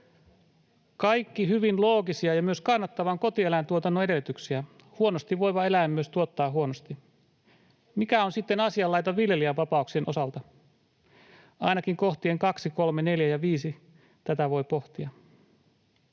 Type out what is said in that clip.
Kaikki hyvin loogisia ja myös kannattavan kotieläintuotannon edellytyksiä. Huonosti voiva eläin myös tuottaa huonosti. Mikä on sitten asianlaita viljelijän vapauksien osalta? Ainakin kohtien 2, 3, 4 ja 5 osalta tätä voi pohtia.